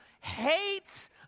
hates